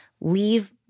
leave